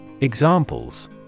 Examples